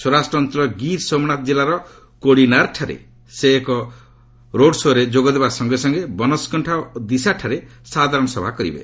ସ୍ୱରାଷ୍ଟ୍ର ଅଞ୍ଚଳର ଗିର୍ ସୋମନାଥ କିଲ୍ଲାର କୋଡ଼ିନାର୍ଠାରେ ସେ ଏକ ରୋଡ୍ ସୋ'ରେ ଯୋଗଦେବା ସଙ୍ଗେ ସଙ୍ଗେ ବନଶ୍କଷ୍ଠା ଓ ଦୀସାଠାରେ ସାଧାରଣ ସଭା କରିବେ